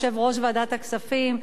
יושב-ראש ועדת הכספים,